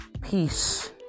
peace